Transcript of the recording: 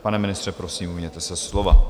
Pane ministře, prosím, ujměte se slova.